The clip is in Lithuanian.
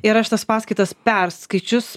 ir aš tas paskaitas perskaičius